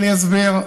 אסביר.